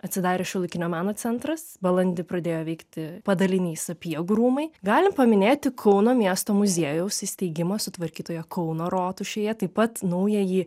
atsidarė šiuolaikinio meno centras balandį pradėjo veikti padalinys sapiegų rūmai galim paminėti kauno miesto muziejaus įsteigimą sutvarkytoje kauno rotušėje taip pat naująjį